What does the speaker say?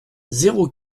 zéro